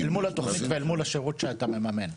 התוכנית ואל מול השירות שאתה מממן.